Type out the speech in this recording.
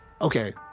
okay